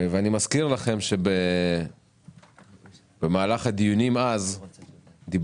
אני מזכיר לכם שבמהלך הדיונים אז דיברנו